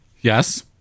Yes